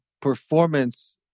performance